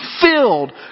filled